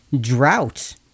Drought